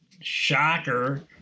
shocker